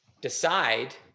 decide